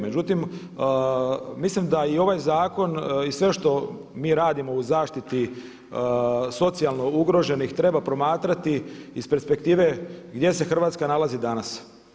Međutim, mislim da i ovaj zakon i sve što mi radimo u zaštiti socijalno ugroženih treba promatrati iz perspektive gdje se Hrvatska nalazi danas.